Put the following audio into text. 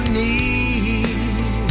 need